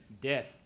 death